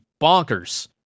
bonkers